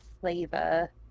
flavor